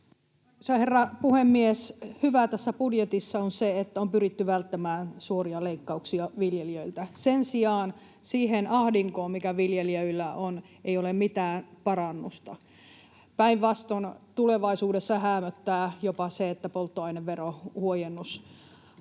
Hyvää tässä budjetissa on se, että on pyritty välttämään suoria leikkauksia viljelijöiltä. Sen sijaan siihen ahdinkoon, mikä viljelijöillä on, ei ole mitään parannusta. Päinvastoin tulevaisuudessa häämöttää jopa se, että polttoaineverohuojennus loppuu.